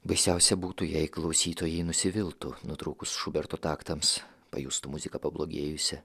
baisiausia būtų jei klausytojai nusiviltų nutrūkus šuberto taktams pajustų muziką pablogėjusią